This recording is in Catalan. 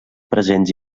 presents